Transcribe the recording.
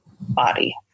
body